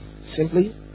simply